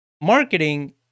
marketing